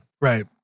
Right